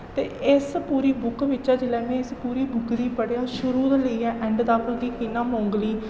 ते इस पूरी बुक बिच्चा जेल्लै में इस पुरी बुक गी पढ़ेआ शुरू दा लेइयै एंड तक कि कि'यां मोंगली